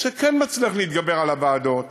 שכן מצליח להתגבר על הוועדות,